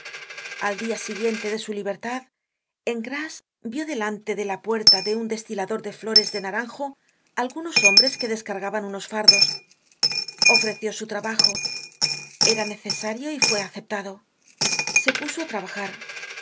al dia siguiente de su libertad en grasse vió delante de la puerta de un destilador de flores de naranjo algunos hombres que descargaban unos fardos ofreció su trabajo era necesario y fue aceptado se puso á trabajar